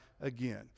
again